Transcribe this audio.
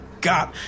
god